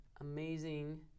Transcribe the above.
amazing